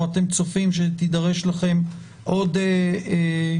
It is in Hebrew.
או אתם צופים שתידרש לכם עוד הארכה,